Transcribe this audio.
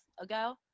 ago